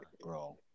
bro